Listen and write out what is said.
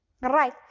right